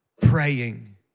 praying